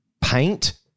paint